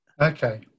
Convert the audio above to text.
Okay